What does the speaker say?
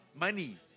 money